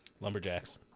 Lumberjacks